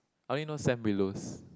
I only know Sam Willows